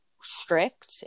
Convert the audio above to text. strict